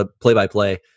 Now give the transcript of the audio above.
play-by-play